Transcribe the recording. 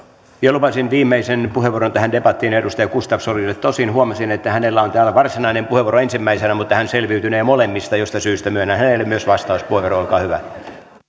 lupasin viimeisen puheenvuoron tähän debattiin edustaja gustafssonille tosin huomasin että hänellä on täällä varsinainen puheenvuoro ensimmäisenä mutta hän selviytynee molemmista mistä syystä myönnän hänelle myös vastauspuheenvuoron olkaa hyvä